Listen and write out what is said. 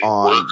on